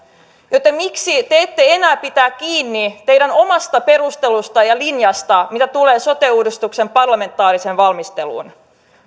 joten miksi te ette enää pidä kiinni teidän omasta perustelustanne ja linjastanne mitä tulee sote uudistuksen parlamentaariseen valmisteluun